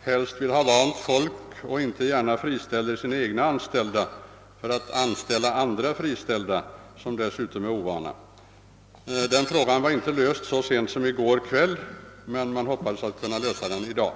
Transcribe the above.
helst vill ha vant folk och inte gärna friställer sina egna anställda för att bereda plats åt annan friställd arbetskraft som dessutom utgöres av för denna uppgift ovana arbetare. Den frågan var inte löst så sent som i går kväll, men man hoppades kunna lösa den i dag.